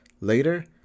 later